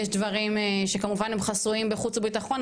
יש דברים שכמובן הם חסויים בחוץ וביטחון,